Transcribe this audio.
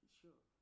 sure